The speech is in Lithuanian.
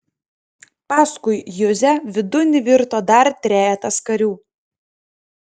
paskui juzę vidun įvirto dar trejetas karių